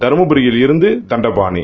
தருமபரியிலிருந்து Dandapani